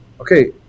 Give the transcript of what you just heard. Okay